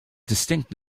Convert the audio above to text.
distinct